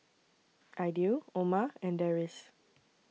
Aidil Omar and Deris